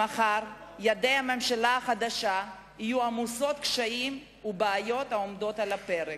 ממחר ידי הממשלה החדשה יהיו עמוסות קשיים ובעיות העומדות על הפרק.